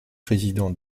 président